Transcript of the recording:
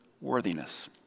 worthiness